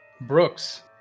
brooks